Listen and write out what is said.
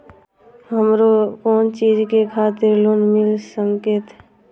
हमरो कोन चीज के खातिर लोन मिल संकेत?